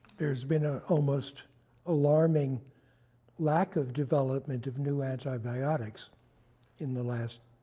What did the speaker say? there has been a almost alarming lack of development of new antibiotics in the last